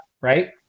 right